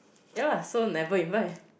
ya lah so never invite